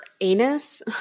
anus